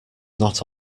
not